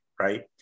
right